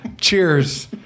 Cheers